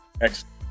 Excellent